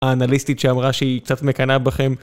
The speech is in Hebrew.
האנליסטית שאמרה שהיא קצת מקנאה בכם.